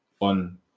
on